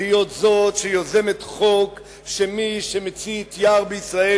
להיות זאת שיוזמת חוק שמי שמצית יער בישראל,